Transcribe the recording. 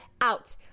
out